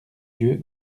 dieu